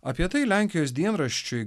apie tai lenkijos dienraščiui